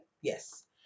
Yes